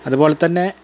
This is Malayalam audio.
അതുപോലെതന്നെ